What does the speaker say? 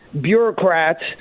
bureaucrats